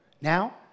Now